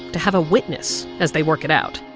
to have a witness as they work it out.